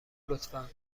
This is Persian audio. لطفا